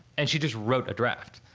and she just wrote a draft.